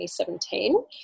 2017